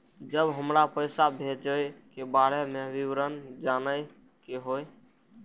जब हमरा पैसा भेजय के बारे में विवरण जानय के होय?